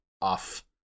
off